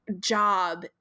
job